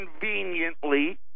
conveniently